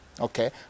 Okay